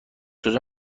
کجا